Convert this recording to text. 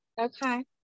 okay